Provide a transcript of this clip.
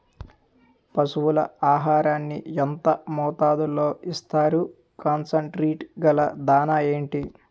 పశువుల ఆహారాన్ని యెంత మోతాదులో ఇస్తారు? కాన్సన్ ట్రీట్ గల దాణ ఏంటి?